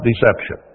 deception